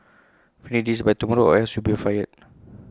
finish this by tomorrow or else you'll be fired